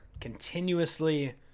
continuously